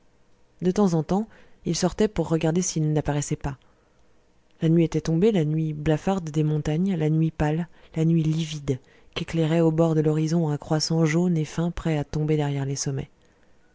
de temps en temps il sortait pour regarder s'il n'apparaissait pas la nuit était tombée la nuit blafarde des montagnes la nuit pâle la nuit livide qu'éclairait au bord de l'horizon un croissant jaune et fin prêt à tomber derrière les sommets